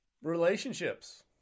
relationships